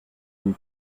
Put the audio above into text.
une